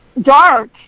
dark